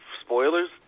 spoilers